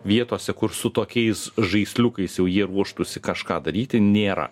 vietose kur su tokiais žaisliukais jau jie ruoštųsi kažką daryti nėra